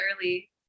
early